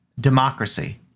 democracy